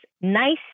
nice